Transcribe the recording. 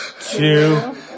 two